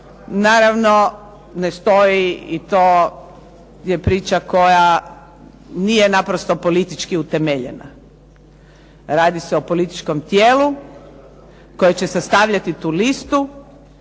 naravno ne stoji i to je priča koja nije naprosto politički utemeljena. Radi se o političkom tijelu koje će sastavljati tu listu,